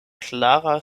klara